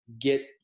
get